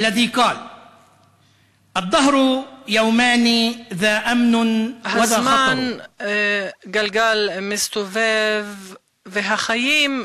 להלן תרגומם הסימולטני לעברית: בזמן גלגל מסתובב והחיים,